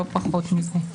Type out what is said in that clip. לא פחות מזה.